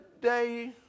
day